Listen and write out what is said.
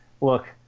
look